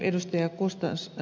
mielestäni ed